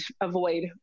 avoid